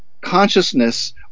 consciousness